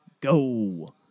go